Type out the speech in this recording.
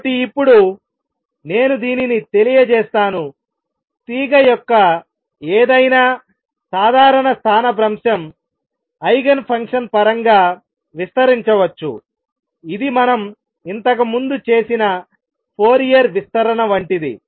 కాబట్టి ఇప్పుడు నేను దీనిని తెలియజేస్తానుతీగ యొక్క ఏదైనా సాధారణ స్థానభ్రంశం ఐగెన్ ఫంక్షన్ పరంగా విస్తరించవచ్చు ఇది మనం ఇంతకుముందు చేసిన ఫోరియర్ విస్తరణ వంటిది